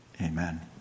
Amen